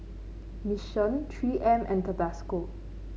Mission Three M and Tabasco